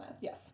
yes